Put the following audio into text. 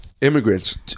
Immigrants